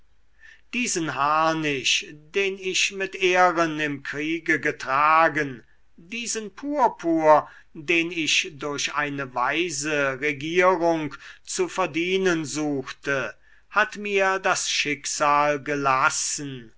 diesen harnisch den ich mit ehren im kriege getragen diesen purpur den ich durch eine weise regierung zu verdienen suchte hat mir das schicksal gelassen